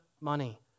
money